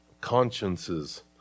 Consciences